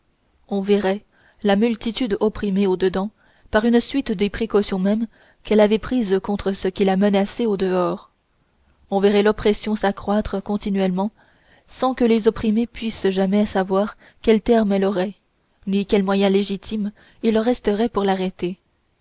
on verrait la multitude opprimée au-dedans par une suite des précautions mêmes qu'elle avait prises contre ce qui la menaçait au-dehors on verrait l'oppression s'accroître continuellement sans que les opprimés pussent jamais savoir quel terme elle aurait ni quels moyens légitimes il leur resterait pour l'arrêter